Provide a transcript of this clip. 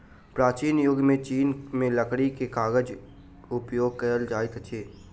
प्राचीन युग में चीन में लकड़ी के कागज उपयोग कएल जाइत छल